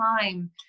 time